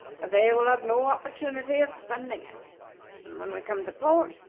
for they will have no opportunity of spending it and when we come to port,